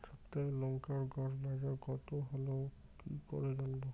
সপ্তাহে লংকার গড় বাজার কতো হলো কীকরে জানবো?